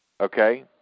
Okay